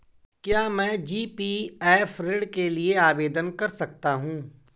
क्या मैं जी.पी.एफ ऋण के लिए आवेदन कर सकता हूँ?